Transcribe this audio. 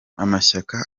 amashyaka